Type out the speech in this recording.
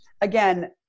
again